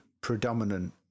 predominant